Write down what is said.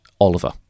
Oliver